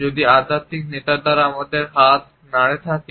যদি আধ্যাত্মিক নেতার দ্বারা আমাদের হাত নাড়ে থাকে